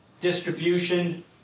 distribution